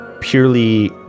purely